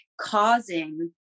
causing